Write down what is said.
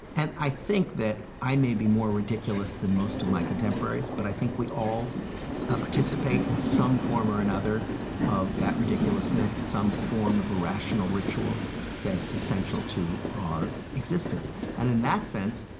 and i think that i may be more ridiculous than most of my contemporaries, but i think we all ah participate in some form or another of that ridiculousness, some form of irrational ritual that's essential to our existence and in that sense,